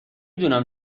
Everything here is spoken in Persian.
دونم